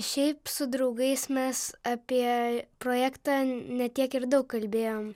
šiaip su draugais mes apie projektą ne tiek ir daug kalbėjom